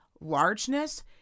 largeness